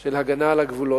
של הגנה על הגבולות.